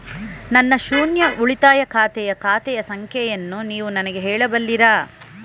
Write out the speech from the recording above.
ನನ್ನ ಶೂನ್ಯ ಉಳಿತಾಯ ಖಾತೆಯ ಖಾತೆ ಸಂಖ್ಯೆಯನ್ನು ನೀವು ನನಗೆ ಹೇಳಬಲ್ಲಿರಾ?